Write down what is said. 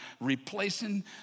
Replacing